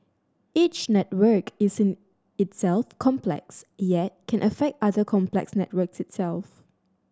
each network is in itself complex yet can affect other complex networks itself